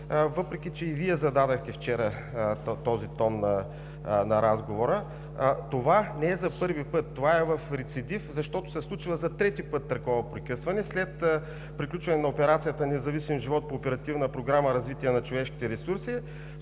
въпреки че и Вие зададохте вчера този тон на разговора. Това не е за първи път, това е в рецидив, защото се случва за трети път такова прекъсване след приключване на операцията „Независим живот“ по Оперативна програма „Развитие на човешките ресурси“,